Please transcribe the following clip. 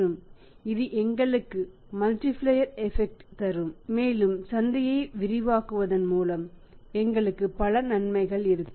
மற்றும் இது எங்களுக்கு மல்டிபிளேயர் எபெக்ட்டு தரும் மேலும் சந்தையை விரிவாக்குவதன் மூலம் எங்களுக்கு பல நன்மைகள் இருக்கும்